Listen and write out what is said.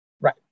Right